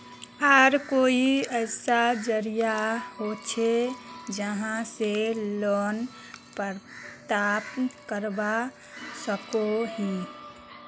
आर कोई ऐसा जरिया होचे जहा से लोन प्राप्त करवा सकोहो ही?